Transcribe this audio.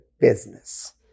business